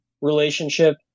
relationship